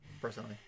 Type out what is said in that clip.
personally